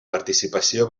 participació